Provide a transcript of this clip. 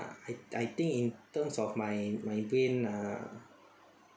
ah I I think in terms of my my brain ah